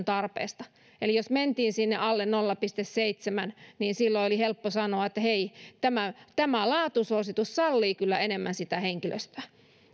tarpeesta eli jos mentiin sinne alle nolla pilkku seitsemän niin silloin oli helppo sanoa että hei tämä tämä laatusuositus sallii kyllä enemmän sitä henkilöstöä